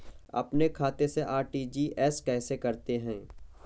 अपने खाते से आर.टी.जी.एस कैसे करते हैं?